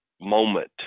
moment